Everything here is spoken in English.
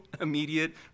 immediate